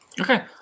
Okay